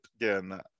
again